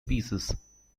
pieces